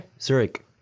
Zurich